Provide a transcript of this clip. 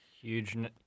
huge